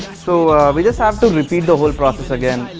so we just have to repeat the whole process again.